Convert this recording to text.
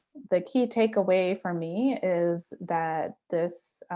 the key takeaway for me is that this,